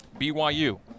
BYU